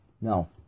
No